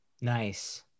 Nice